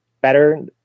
better